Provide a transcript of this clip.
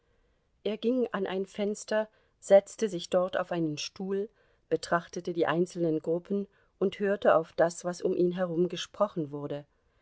er ging an ein fenster setzte sich dort auf einen stuhl betrachtete die einzelnen gruppen und hörte auf das was um ihn herum gesprochen wurde